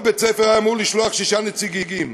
כל בית-ספר היה אמור לשלוח שישה נציגים.